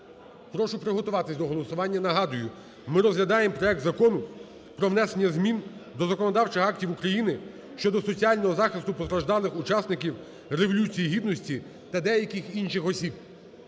Прошу приготуватись до голосування. Нагадую: ми розглядаємо проект Закону про внесення змін до законодавчих актів України щодо соціального захисту постраждалих учасників Революції Гідності та деяких інших осіб.